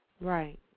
Right